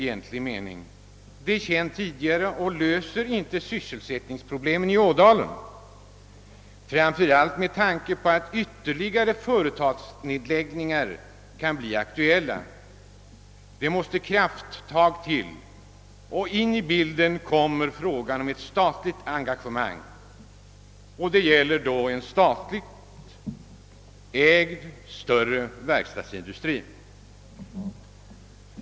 Det är känt tidigare och löser inte sysselsättningsproblemen i Ådalen — framför allt inte med tanke på att ytterligare företagsnedläggningar kan bli aktuella. Det måste kraftigare tag till. In i bilden kommer frågan om ett statligt engagemang, och det gäller då en statligt ägd större verkstadsindustri.